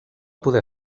poder